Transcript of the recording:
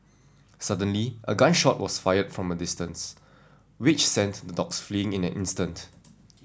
suddenly a gun shot was fired from a distance which sent the dogs fleeing in an instant